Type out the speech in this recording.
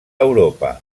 europa